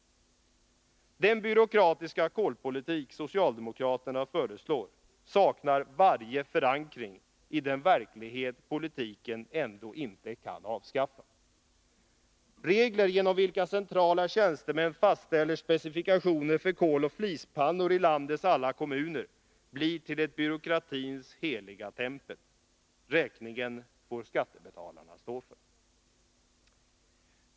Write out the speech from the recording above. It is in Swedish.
Den byråkratiska kolpolitik som socialdemokraterna föreslår saknar varje förankring i den verklighet politiken ändå inte kan avskaffa. Regler genom vilka centrala tjänstemän fastställer specifikationer för koloch flispannor i landets alla kommuner blir till ett byråkratins heliga tempel. Räkningen får skattebetalarna stå för.